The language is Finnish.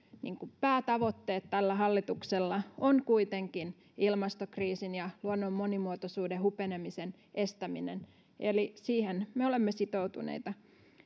ne päätavoitteet tällä hallituksella ovat kuitenkin ilmastokriisin ja luonnon monimuotoisuuden hupenemisen estäminen eli siihen me olemme sitoutuneita